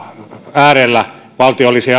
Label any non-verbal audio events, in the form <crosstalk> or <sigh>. äärellä valtio olisi <unintelligible>